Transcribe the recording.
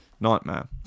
Nightmare